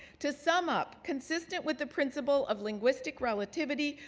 to sum up, consistent with the principle of linguistic relativity,